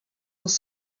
els